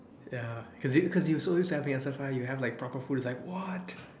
ya cause you cause you so used to having S_A_F you have like proper food it's like what